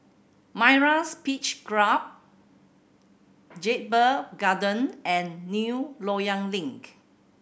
Myra's Beach Club Jedburgh Garden and New Loyang Link